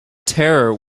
terror